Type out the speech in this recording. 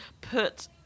put